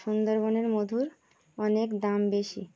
সুন্দরবনের মধুর অনেক দাম বেশি